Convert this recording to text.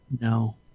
no